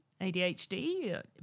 adhd